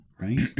right